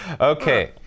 Okay